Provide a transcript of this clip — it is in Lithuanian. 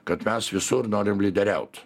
kad mes visur norim lyderiaut